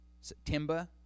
September